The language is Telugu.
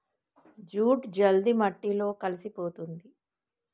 జూట్ జల్ది మట్టిలో కలిసిపోతుంది